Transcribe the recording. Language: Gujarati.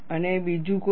અને બીજું કોઈ